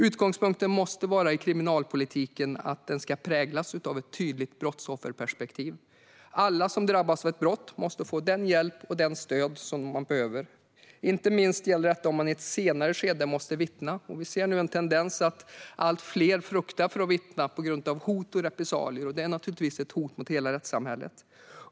Utgångspunkten måste vara att kriminalpolitiken ska präglas av ett tydligt brottsofferperspektiv. Alla som drabbas av ett brott måste få den hjälp och det stöd som man behöver. Inte minst gäller detta om man i ett senare skede måste vittna. Vi ser nu en tendens att allt fler fruktar för att vittna på grund av hot och repressalier. Det är naturligtvis ett hot mot hela rättssamhället.